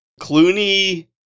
Clooney